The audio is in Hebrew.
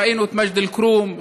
ראינו את מג'ד אל-כרום,